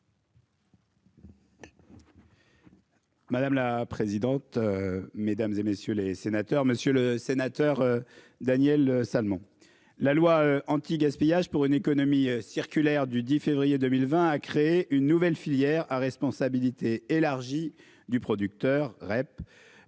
Madame la présidente. Mesdames, et messieurs les sénateurs, monsieur le sénateur Daniel Salmon. La loi anti-gaspillage pour une économie circulaire du 10 février 2020 à créer une nouvelle filière à responsabilité élargie du producteur-REP